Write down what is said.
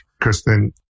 Kristen